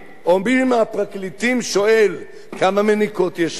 מי מהפרקליטים שואל כמה מניקות יש שם,